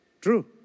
True